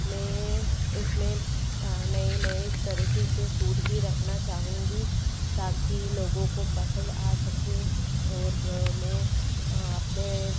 मैं उसमें नए नए तरीके के सूट भी रखना चाहूँगी ताकि लोगों को पसंद आ सके और मैं अपने